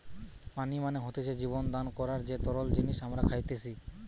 পানি মানে হতিছে জীবন দান করার যে তরল জিনিস আমরা খাইতেসি